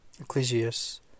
Ecclesiastes